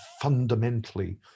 fundamentally